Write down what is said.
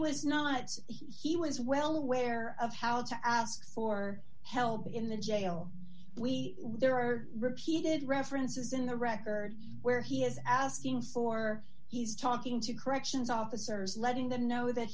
was not he was well aware of how to ask for help in the jail we there are repeated references in the records where he is asking for he's talking to corrections officers letting them know that